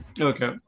Okay